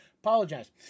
Apologize